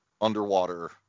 underwater